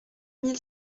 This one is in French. mille